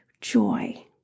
joy